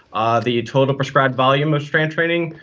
ah the total prescribed volume of strength training,